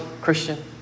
Christian